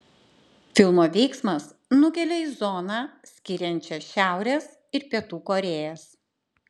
filmo veiksmas nukelia į zoną skiriančią šiaurės ir pietų korėjas